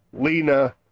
Lena